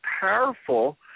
powerful